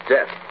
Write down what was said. Death